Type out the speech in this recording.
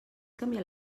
canviat